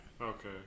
okay